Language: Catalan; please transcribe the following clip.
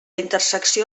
intersecció